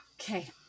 Okay